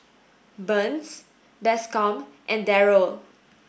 Burns Bascom and Darrell